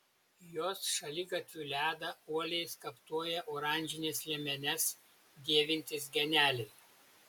jos šaligatvių ledą uoliai skaptuoja oranžines liemenes dėvintys geneliai